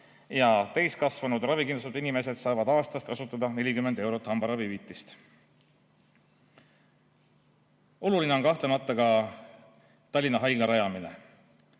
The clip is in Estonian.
ja täiskasvanud ravikindlustatud inimesed saavad aastas kasutada 40 eurot hambaravihüvitist. Oluline on kahtlemata ka Tallinna Haigla rajamine.